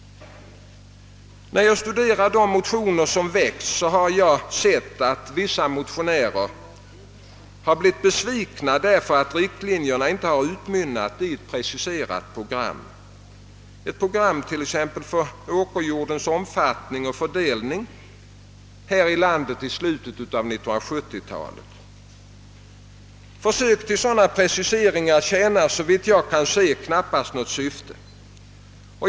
När jag studerat de motioner som väckts har jag sett att vissa motionärer har blivit besvikna, därför att riktlinjerna inte har utmynnat i ett preciserat program, ett program för t.ex. åkerjordens omfattning och fördelning här i landet i slutet av 1970-talet. Försök till sådana preciseringar tjänar såvitt jag förstår knappast något syfte.